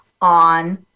on